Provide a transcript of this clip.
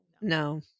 No